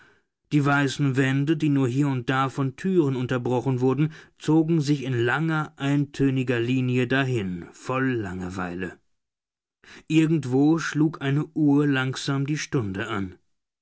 die weißen wände die nur hier und da von türen unterbrochen wurden zogen sich in langer eintöniger linie dahin voll langeweile irgendwo schlug eine uhr langsam die stunde an